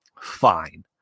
fine